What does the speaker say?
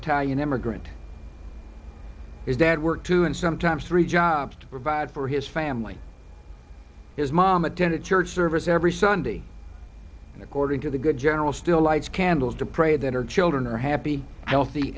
italian immigrant is dad work two and sometimes three jobs to provide for his family his mom attend a church service every sunday and according to the good general still lights candles to pray that her children are happy healthy